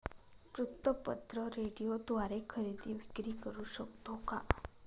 वृत्तपत्र, रेडिओद्वारे खरेदी विक्री करु शकतो का?